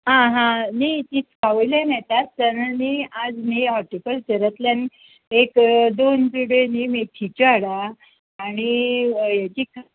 आं हां न्हय तिस्कावयल्यान येता आसतना न्हय आज न्हय हॉटीकल्चरांतल्यान एक दोन चुडयो न्हय मेथीच्यो हाड आं आनी येची